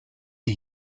die